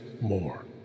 more